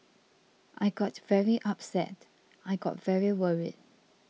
I got very upset I got very worried